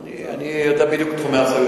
אני יודע בדיוק את תחומי האחריות,